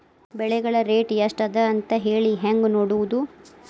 ಬೆಳೆಗಳ ರೇಟ್ ಎಷ್ಟ ಅದ ಅಂತ ಹೇಳಿ ಹೆಂಗ್ ನೋಡುವುದು?